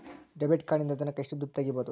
Debit ಕಾರ್ಡಿನಿಂದ ದಿನಕ್ಕ ಎಷ್ಟು ದುಡ್ಡು ತಗಿಬಹುದು?